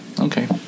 Okay